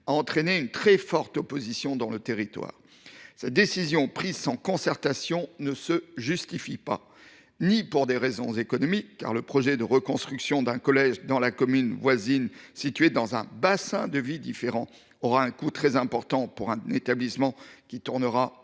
a suscité une très forte opposition. En effet, cette décision prise sans concertation ne se justifie ni pour des raisons économiques, car le projet de reconstruction d’un collège dans la commune voisine, située dans un bassin de vie différent, aurait un coût très important pour un établissement qui continuera